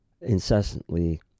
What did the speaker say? incessantly